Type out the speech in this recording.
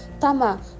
Tama